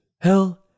Hell